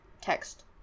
text